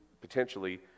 potentially